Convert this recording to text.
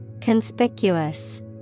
Conspicuous